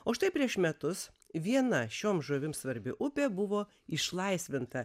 o štai prieš metus viena šioms žuvims svarbi upė buvo išlaisvinta